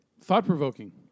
Thought-provoking